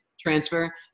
transfer